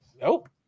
Nope